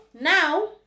now